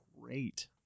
great